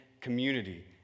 community